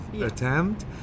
attempt